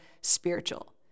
spiritual